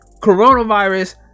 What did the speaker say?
coronavirus